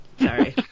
Sorry